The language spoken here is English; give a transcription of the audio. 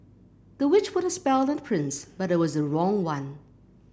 the witch put a spell on the prince but it was the wrong one